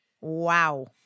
wow